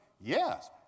Yes